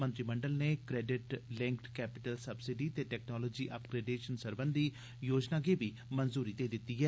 मंत्रिमंडल न credit linked capital subsidy ते टेक्नोलाजी अपग्रेडेशन सरबंधी योजना गी बी मंजूरी देई दित्ती ऐ